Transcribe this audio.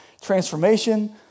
transformation